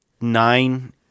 nine